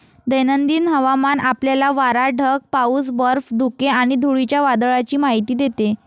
दैनंदिन हवामान आपल्याला वारा, ढग, पाऊस, बर्फ, धुके आणि धुळीच्या वादळाची माहिती देते